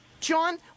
John